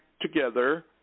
together